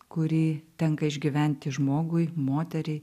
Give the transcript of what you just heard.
kurį tenka išgyventi žmogui moteriai